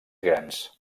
grans